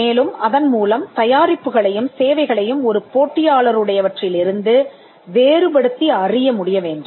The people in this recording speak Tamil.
மேலும் அதன் மூலம் தயாரிப்புகளையும் சேவைகளையும் ஒரு போட்டியாளருடையவற்றிலிருந்து வேறுபடுத்தி அறிய முடிய வேண்டும்